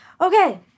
Okay